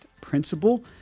principle